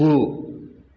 गु